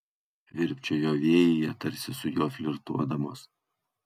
virpčiojo vėjyje tarsi su juo flirtuodamos